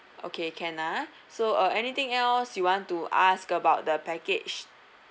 okay can ah so uh anything else you want to ask about the package